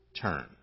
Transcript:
turn